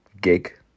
gig